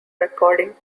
recording